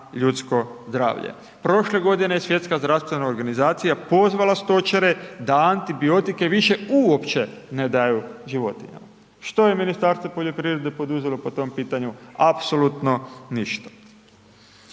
ljudsko zdravlje. Prošle godine je Svjetska zdravstvena organizacija pozvala stočare da antibiotike više uopće ne daju životinjama. Što je Ministarstvo poljoprivrede poduzelo po tom pitanju? Apsolutno n išta.